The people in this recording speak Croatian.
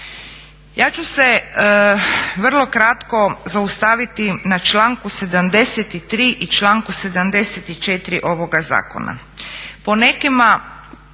Ja ću se vrlo kratko zaustaviti na članku 73. i članku 74. ovoga zakona,